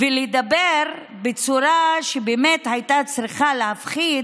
ולדבר בצורה שהייתה צריכה להפחיד,